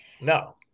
No